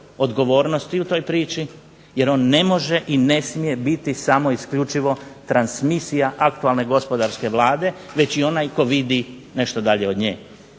odgovornosti u toj priči jer on ne može i ne smije biti samo isključivo transmisija aktualne gospodarske vlade već i onaj tko vidi nešto dalje od nje,